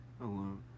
alone